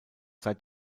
seit